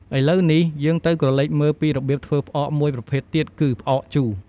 ឥឡូវនេះ យើងទៅក្រឡេកមើលពីរបៀបធ្វើផ្អកមួយប្រភេទទៀត គឺផ្អកជូរ។